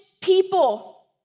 people